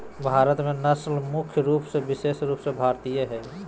भारत में नस्ल मुख्य रूप से विशेष रूप से भारतीय हइ